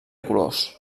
colors